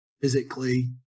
physically